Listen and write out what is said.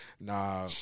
Nah